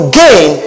gain